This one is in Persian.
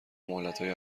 مهلتهای